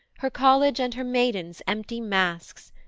her college and her maidens, empty masks,